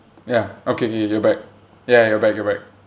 ya okay okay you're back ya ya you're back you're back